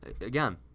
Again